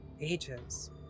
ages